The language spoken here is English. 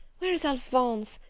where is alphonse?